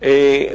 מאיזה מרחק?